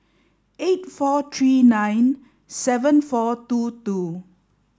eight four three nine seven four two two